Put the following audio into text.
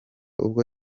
ubwo